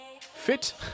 Fit